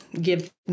give